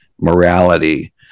morality